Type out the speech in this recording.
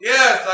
Yes